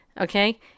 Okay